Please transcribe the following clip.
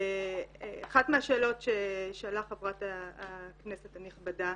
אחת מהשאלות ששאלה חברת הכנסת הנכבדה